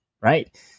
right